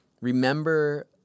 remember